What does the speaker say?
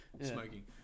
smoking